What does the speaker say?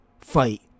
fight